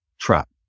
trap